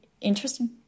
interesting